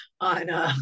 on